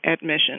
admission—